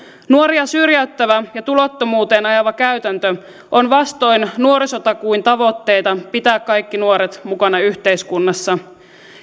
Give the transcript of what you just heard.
nuoria syrjäyttävä ja tulottomuuteen ajava käytäntö on vastoin nuorisotakuun tavoitteita pitää kaikki nuoret mukana yhteiskunnassa